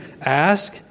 Ask